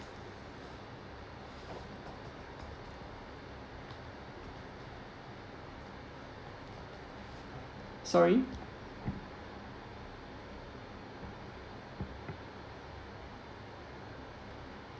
sorry